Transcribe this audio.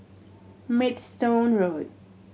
Maidstone Road